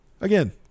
again